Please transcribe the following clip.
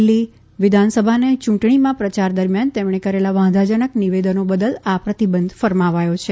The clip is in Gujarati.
દિલ્લી વિધાનસભાના ચૂંટણીમાં પ્રચાર દરમ્યાન તેમણે કરેલા વાંધાજનક નિવેદનો બદલા આ પ્રતિબંધ ફરમાવાયો છે